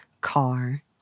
car